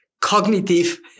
cognitive